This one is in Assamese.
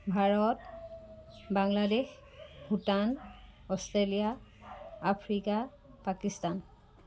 Bharat Bangladesh Bhutan Australia Africa Pakistan